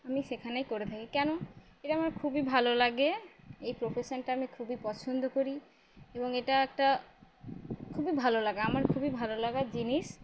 আমি সেখানেই করে থাকি কেন এটা আমার খুবই ভালো লাগে এই প্রফেশানটা আমি খুবই পছন্দ করি এবং এটা একটা খুবই ভালো লাগা আমার খুবই ভালো লাগা জিনিস